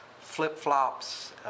flip-flops